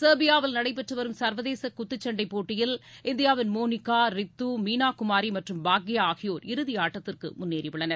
செர்பியாவில் நடைபெற்று வரும் சர்வதேச குத்துச்சண்டைப் போட்டியில் இந்தியாவின் மோனிகா ரித்து மீனாகுமார் பாக்யா ஆகியோர் இறுதியாட்டத்திற்கு முன்னேறியுள்ளனர்